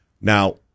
Now